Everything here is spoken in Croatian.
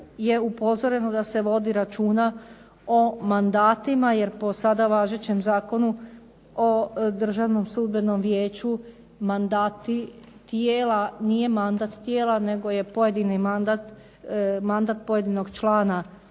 je upozoreno da se vodi računa o mandatima, jer po sada važećem Zakonu o Državnom sudbenom vijeću mandati tijela, nije mandat tijela nego je pojedini mandat, mandat pojedinog člana